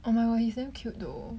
I remember he's damn cute though